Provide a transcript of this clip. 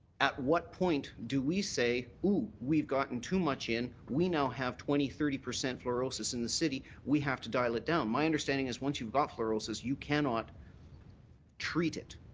at what point do we say we've gotten too much in, we have twenty, thirty percent fluorisis in the city we have to dial it down. my understanding is once you've got fluorisis, you cannot treat it.